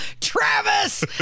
Travis